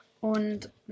Und